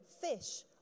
fish